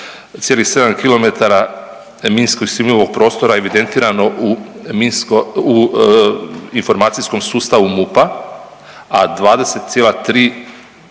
minski sumnjivog prostora evidentirano u minsko, u informacijskom sustavu MUP-a, a 20,3